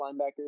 linebackers